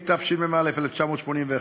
התשמ"א 1981,